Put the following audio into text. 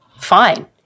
fine